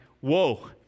whoa